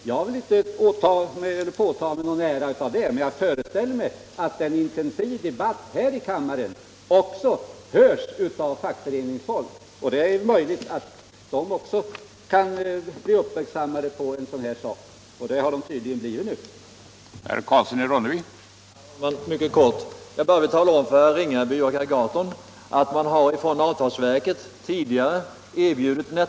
Jag vill inte ta på mig någon ära härför, men jag föreställer mig att den intensiva debatten här i kammaren hörs också av fackföreningsmänniskor. Även de kan bli uppmärksammade på en sådan här sak — vilket de tydligen har blivit i detta fall.